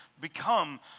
become